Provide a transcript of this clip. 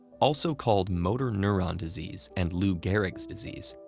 also called motor neuron disease and lou gehrig's disease,